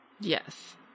Yes